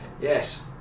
Yes